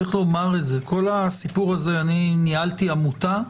אני ניהלתי עמותה,